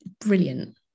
brilliant